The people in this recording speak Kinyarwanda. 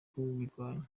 kubirwanya